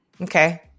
Okay